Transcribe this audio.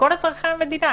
לכל אזרחי המדינה.